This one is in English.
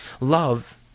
Love